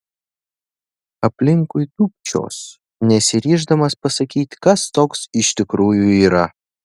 aplinkui tūpčios nesiryždamas pasakyti kas toks iš tikrųjų yra